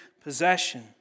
possession